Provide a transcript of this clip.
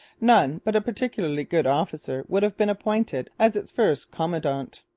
none but a particularly good officer would have been appointed as its first commandant.